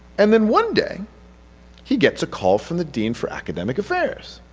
and then one day he gets a call from the dean for academic affairs.